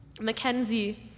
Mackenzie